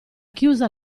chiusa